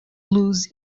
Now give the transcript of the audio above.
lose